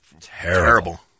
terrible